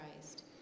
Christ